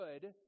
good